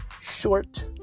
short